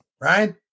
right